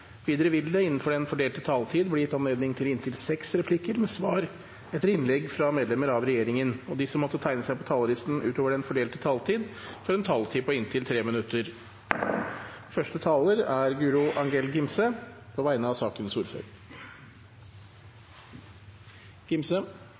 Videre vil det – innenfor den fordelte taletid – bli gitt anledning til inntil fem replikker med svar etter innlegg fra medlemmer av regjeringen, og de som måtte tegne seg på talerlisten utover den fordelte taletid, får en taletid på inntil 3 minutter. Eg vil fyrst takke komiteen for samarbeidet i behandlinga av